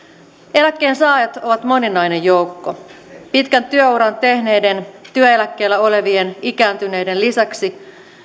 eläkkeensaajat ovat moninainen joukko pitkän työuran tehneiden työeläkkeellä olevien ikääntyneiden lisäksi